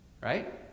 right